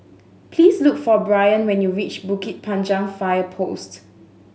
please look for Brien when you reach Bukit Panjang Fire Post